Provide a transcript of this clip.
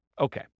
Okay